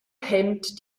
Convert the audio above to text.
hemmt